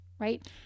right